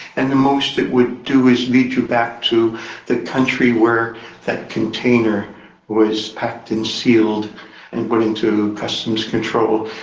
and the most it would do is lead you back to the country where that container was packed and sealed and put into customs control.